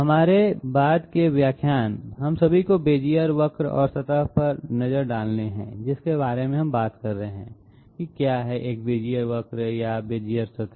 हमारे बाद के व्याख्यान हम सभी को बेजियर वक्र और सतह पर एक नज़र डालते हैं जिसके बारे में हम बात कर रहे हैं क्या है एक बेजियर वक्र या एक बेजियर सतह